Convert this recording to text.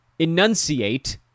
enunciate